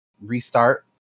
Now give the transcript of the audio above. restart